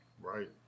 Right